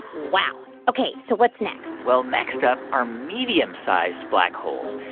wow. ok. so what's next? well, next up are medium-sized black holes.